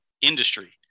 industry